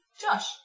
Josh